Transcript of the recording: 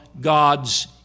God's